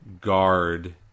guard